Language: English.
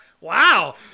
Wow